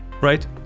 right